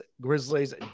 Grizzlies